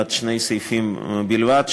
בת שני סעיפים בלבד,